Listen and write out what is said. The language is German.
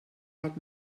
hat